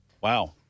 wow